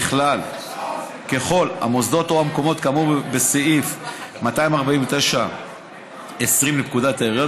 כל המוסדות או המקומות כאמור בסעיף 249(20) לפקודת העיריות,